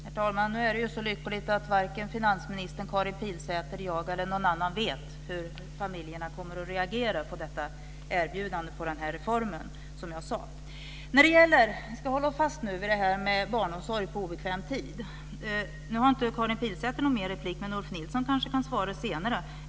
Herr talman! Nu är det så lyckligt att varken finansministern, Karin Pilsäter, jag eller någon annan vet hur familjerna kommer att reagera på detta erbjudande och på den här reformen. Vi ska hålla oss fast vid frågan om barnomsorg på obekväm tid. Nu har inte Karin Pilsäter någon mer replik, men Ulf Nilsson kanske kan svara senare.